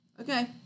Okay